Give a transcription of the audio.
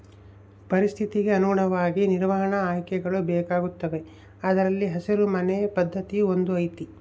ಪರಿಸ್ಥಿತಿಗೆ ಅನುಗುಣವಾಗಿ ನಿರ್ವಹಣಾ ಆಯ್ಕೆಗಳು ಬೇಕಾಗುತ್ತವೆ ಅದರಲ್ಲಿ ಹಸಿರು ಮನೆ ಪದ್ಧತಿಯೂ ಒಂದು ಐತಿ